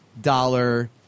dollar